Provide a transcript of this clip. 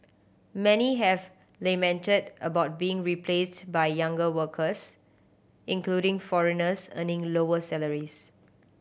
many have lamented about being replaced by younger workers including foreigners earning lower salaries